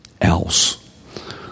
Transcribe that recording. else